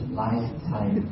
lifetime